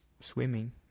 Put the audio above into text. swimming